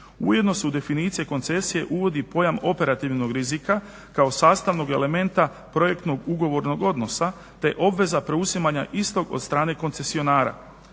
Ujedno se u definicije koncesije uvodi pojam operativnog rizika kao sastavnog elementa projektnog ugovornog odnosa, te obveza preuzimanja istog od strane koncesionara.